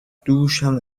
دوشم